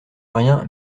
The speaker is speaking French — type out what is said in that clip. rien